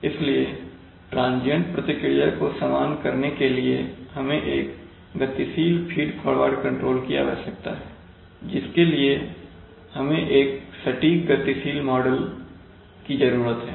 इसलिए ट्रांजियंट प्रतिक्रिया को सामान करने के लिए हमें एक गतिशील फीड फॉरवर्ड कंट्रोल की आवश्यकता है जिसके लिए हमें एक सटीक गतिशील मॉडल की जरूरत है